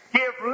give